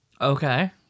Okay